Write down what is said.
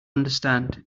understand